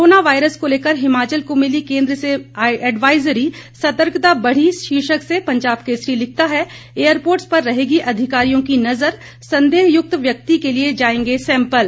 corona virus को लेकर हिमाचल को मिली केंद्र से एडवाइजरी सर्तकता बढ़ी शीर्षक से पंजाब केसरी लिखता है एयरपोर्टस पर रहेगी अधिकारियों की नजर संदेहयुक्त व्यक्ति के लिए जाएंगे सैंपल